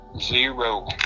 Zero